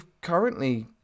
currently